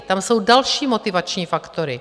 Tam jsou další motivační faktory.